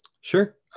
Sure